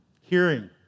Hearing